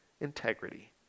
integrity